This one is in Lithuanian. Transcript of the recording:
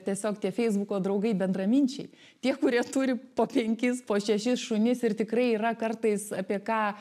tiesiog tie feisbuko draugai bendraminčiai tie kurie turi po penkis po šešis šunis ir tikrai yra kartais apie ką